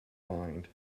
mind